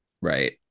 right